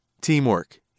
Teamwork